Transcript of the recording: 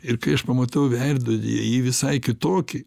ir kai aš pamatau veidrodyje ji visai kitokį